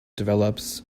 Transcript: develops